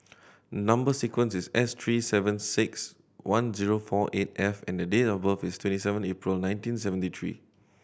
number sequence is S three seven six one zero four eight F and date of birth is twenty seven April nineteen seventy three